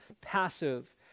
passive